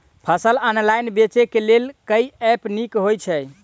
फसल ऑनलाइन बेचै केँ लेल केँ ऐप नीक होइ छै?